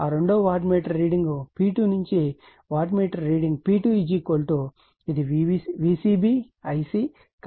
ఆ రెండవ watt meter reading P2 నుంచి వాట్ మీటర్ రీడింగ్ P2 ఇది VcbIc cos 300